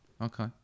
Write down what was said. Okay